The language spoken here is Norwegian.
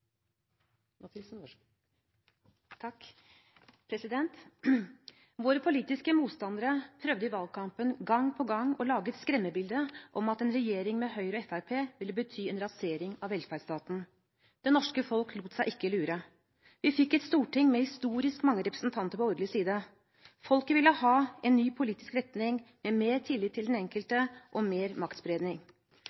ville bety en rasering av velferdsstaten. Det norske folk lot seg ikke lure. Vi fikk et storting med historisk mange representanter på borgerlig side. Folket ville ha en ny politisk retning med mer tillit til den